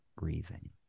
breathing